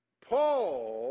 Paul